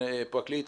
פרקליט,